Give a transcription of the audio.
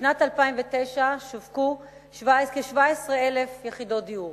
בשנת 2009 שווקו כ-17,000 יחידות דיור,